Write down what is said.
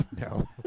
No